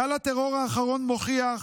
גל הטרור האחרון מוכיח